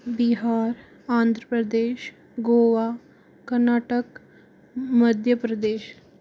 Bihar Andhra Pradesh Goa Karnataka Madhya Pradesh